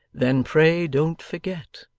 then pray don't forget,